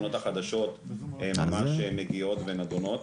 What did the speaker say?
בשכונות החדשות ממש מגיעות ונדונות.